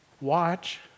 watch